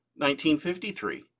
1953